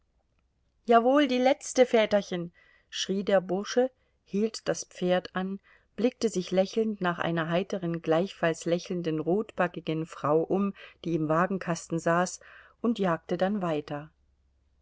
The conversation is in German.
jawohl die letzte väterchen schrie der bursche hielt das pferd an blickte sich lächelnd nach einer heiteren gleichfalls lächelnden rotbackigen frau um die im wagenkasten saß und jagte dann weiter